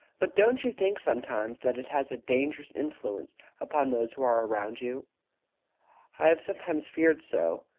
but don't you think sometimes that it has a dangerous influence upon those who are around you? i have sometimes feared so.